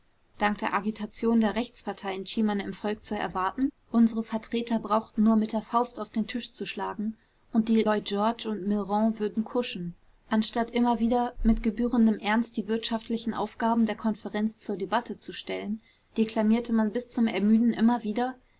dank der agitation der rechtsparteien schien man im volk zu erwarten unsere vertreter brauchten nur mit der faust auf den tisch zu schlagen und die lloyd george und millerand würden kuschen anstatt immer wieder mit gebührendem ernst die wirtschaftlichen aufgaben der konferenz zur debatte zu stellen deklamierte man bis zum ermüden immer wieder